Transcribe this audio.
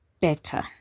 better